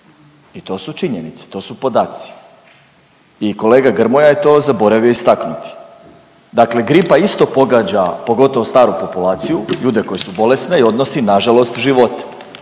i to su činjenice, to su podaci. I kolega Grmoja je to zaboravio istaknuti. Dakle gripa isto pogađa, pogotovo staru populaciju, ljude koji su bolesni i odnosi nažalost živote